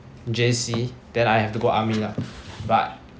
J_C then I have to go army lah but